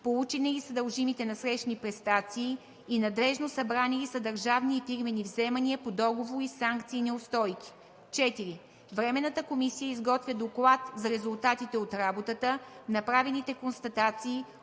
получени ли са дължимите насрещни престации и надлежно събрани ли са държавни и фирмени вземания по договори, санкции и неустойки. 4. Временната комисия изготвя доклад за резултатите от работата, направените констатации,